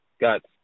got